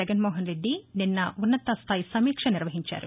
జగన్మోహన్రెద్ది నిన్న ఉన్నతస్థాయి సమీక్ష నిర్వహించారు